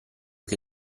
che